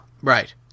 Right